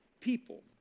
people